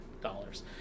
dollars